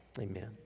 Amen